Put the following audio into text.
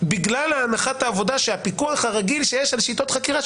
בגלל הנחת העבודה שהפיקוח הרגיל שיש על שיטות חקירה,